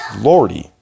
Lordy